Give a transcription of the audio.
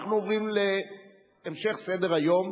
אנחנו עוברים להמשך סדר-היום.